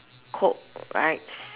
coke right